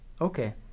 okay